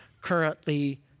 currently